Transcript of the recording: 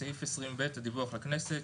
סעיף 20ב, דיווח לכנסת.